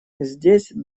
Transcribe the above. здесь